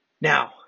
Now